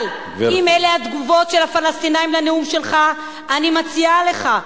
אבל אם אלה התגובות של הפלסטינים על הנאום שלך אני מציעה לך,